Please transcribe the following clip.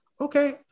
okay